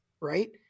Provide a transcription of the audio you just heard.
right